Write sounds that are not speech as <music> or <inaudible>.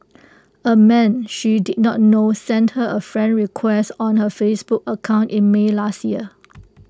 <noise> A man she did not know sent her A friend request on her Facebook account in may last year